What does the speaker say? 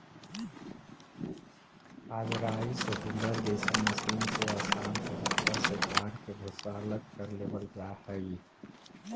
आज rice huller जइसन machine से आसान तरीका से धान के भूसा अलग कर लेवल जा हई